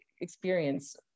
experience